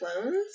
Clones